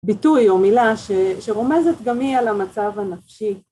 ביטוי או מילה שרומזת גם היא על המצב הנפשי.